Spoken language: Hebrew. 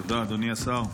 תודה, אדוני השר.